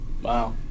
Wow